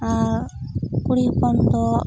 ᱟᱨ ᱠᱩᱲᱤ ᱦᱚᱯᱚᱱ ᱫᱚ